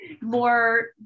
more